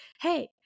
hey